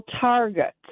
targets